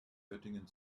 göttingen